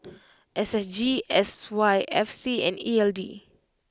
S S G S Y F C and E L D